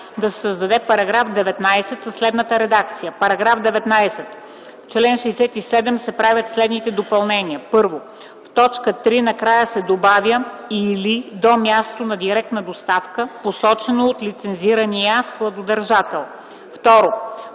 да се създаде § 19 със следната редакция: „§ 19. В чл. 67 се правят следните допълнения: 1. В т. 3 накрая се добавя „или до място на директна доставка, посочено от лицензирания складодържател”. 2.